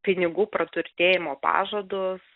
pinigų praturtėjimo pažadus